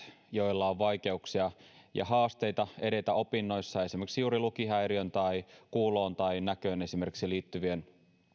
joilla on vaikeuksia ja haasteita edetä opinnoissa esimerkiksi juuri lukihäiriön tai kuuloon tai näköön liittyvien